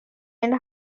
and